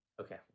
Okay